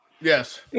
Yes